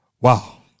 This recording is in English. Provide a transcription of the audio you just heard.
Wow